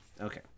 Okay